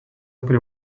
prie